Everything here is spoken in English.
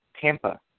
Tampa